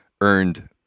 earned